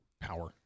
Power